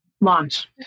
launch